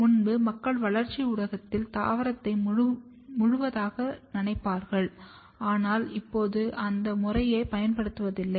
முன்பு மக்கள் வளர்ச்சி ஊடகத்தில் தாவரத்தை முழுவதுமாக நனைப்பார்கள் ஆனால் இப்போது அந்த முறையைப் பயன்படுத்துவதில்லை